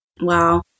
Wow